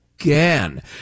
Again